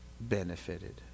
benefited